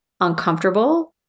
uncomfortable